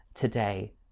today